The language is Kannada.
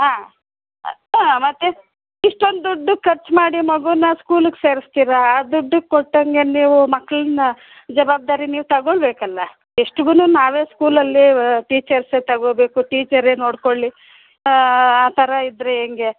ಹಾಂ ಹಾಂ ಮತ್ತೆ ಇಷ್ಟೊಂದು ದುಡ್ಡು ಖರ್ಚು ಮಾಡಿ ಮಗೂನ ಸ್ಕೂಲಿಗೆ ಸೇರಿಸ್ತೀರ ಆ ದುಡ್ಡು ಕೊಟ್ಟಂತೆ ನೀವು ಮಕ್ಳನ್ನ ಜವಾಬ್ದಾರಿ ನೀವು ತಗೊಳ್ಳಬೇಕಲ್ಲ ಎಷ್ಟು ದಿನ ನಾವೆ ಸ್ಕೂಲಲ್ಲಿ ಟೀಚರ್ಸೇ ತಗೊಳ್ಬೇಕು ಟೀಚರೇ ನೋಡ್ಕೊಳ್ಳಿ ಆ ಥರ ಇದ್ದರೆ ಹೇಗೆ